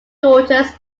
daughters